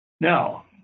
Now